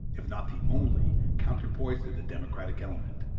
if not the only, counterpoise to the democratic element.